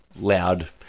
loud